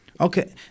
Okay